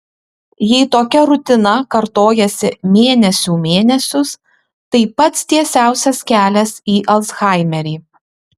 jei tokia rutina kartojasi mėnesių mėnesius tai pats tiesiausias kelias į alzhaimerį